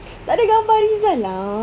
takde gambar rizal lah